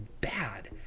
bad